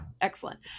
Excellent